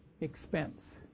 expense